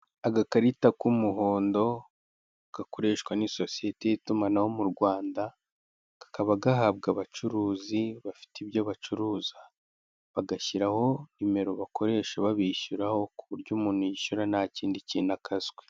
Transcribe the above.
Agakarita k'umuhondo gakoreshwa n'isosiyete y'itumanaho mu Rwanda, kakaba gahabwa abacuruzi bafite ibyo bacuruza bagashyiraho nimero bakoresha babishyuraho, ku buryo umuntu yishyura nta kindi kintu akaswe.